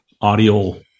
audio